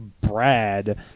Brad